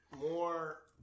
more